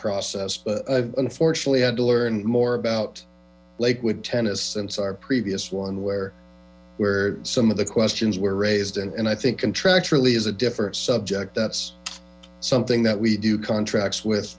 process but unfortunately you had to learn more about lakewood tennis since our previous one where we're some of the questions were raised and i think contractually is a different subject that's something that we do contracts with